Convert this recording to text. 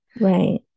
Right